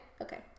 Okay